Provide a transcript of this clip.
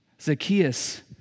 Zacchaeus